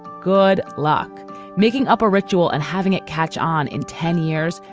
good luck making up a ritual and having it catch on in ten years.